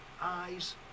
eyes